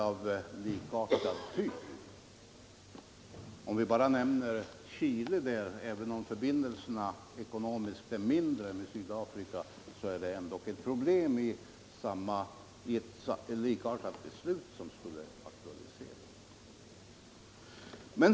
I det sammanhanget vill jag bara nämna Chile. Även om vi med det landet har mindre omfattande ekonomiska förbindelser har vi där problem av likartad natur.